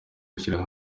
gushyira